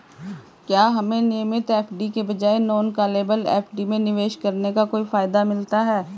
क्या हमें नियमित एफ.डी के बजाय नॉन कॉलेबल एफ.डी में निवेश करने का कोई फायदा मिलता है?